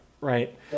right